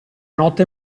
notte